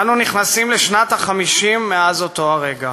אנו נכנסים לשנת ה-50 מאז אותו הרגע,